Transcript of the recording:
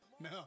no